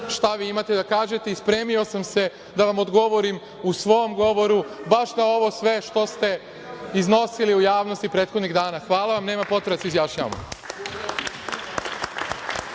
šta vi imate da kažete i spremio sam se da vam odgovorim u svom govoru, baš na ovo sve što ste iznosili u javnosti prethodnih dana. Hvala vam. Nema potrebe da se izjašnjavamo.